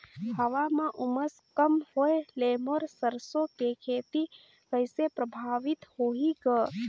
हवा म उमस कम होए ले मोर सरसो के खेती कइसे प्रभावित होही ग?